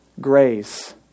grace